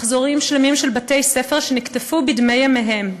מחזורים שלמים של בתי-ספר שנקטפו בדמי ימיהם,